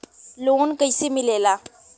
Loan कईसे मिलेला?